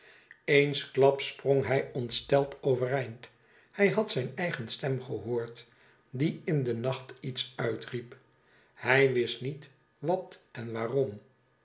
eensklaps sprong hij ontsteld overeind hij had zijn eigen stem gehoord die in den nacht iets uitriep hij wist niet wat en waarom